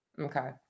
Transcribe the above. Okay